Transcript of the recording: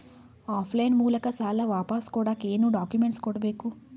Of line ಮೂಲಕ ಸಾಲ ವಾಪಸ್ ಕೊಡಕ್ ಏನು ಡಾಕ್ಯೂಮೆಂಟ್ಸ್ ಕೊಡಬೇಕು?